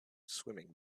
swimming